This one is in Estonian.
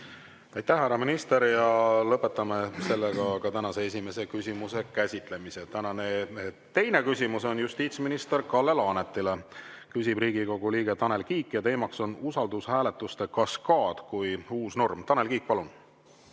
Aitäh, härra minister! Lõpetame tänase esimese küsimuse käsitlemise. Tänane teine küsimus on justiitsminister Kalle Laanetile. Küsib Riigikogu liige Tanel Kiik ja teema on usaldushääletuste kaskaad kui uus norm. Tanel Kiik, palun!